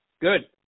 Good